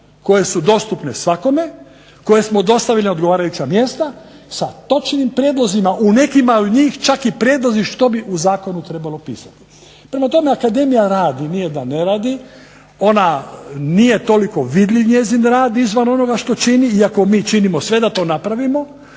koje su dostupne svakome, koje smo dostavili na odgovarajuća mjesta sa točnim prijedlozima, u nekima od njih čak i prijedlozi što bi u zakonu trebalo pisati. Prema tome Akademija radi, nije da ne radi, ona nije toliko vidljiv njezin rad izvan onoga što čini iako mi činimo sve da to napravimo,